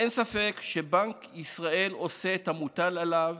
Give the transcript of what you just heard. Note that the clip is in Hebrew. אין ספק שבנק ישראל עושה את המוטל עליו,